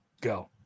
Go